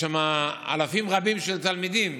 יש שם אלפים רבים של תלמידים,